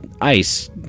ice